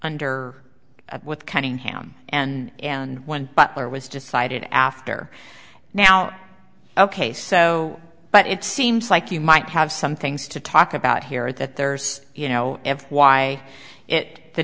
under a with cunningham and and when butler was decided after now ok so but it seems like you might have some things to talk about here that there's you know why it the